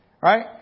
Right